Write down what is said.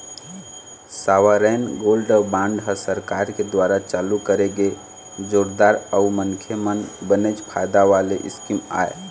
sovereign gold bond ह सरकार के दुवारा चालू करे गे जोरदार अउ मनखे मन बनेच फायदा वाले स्कीम आय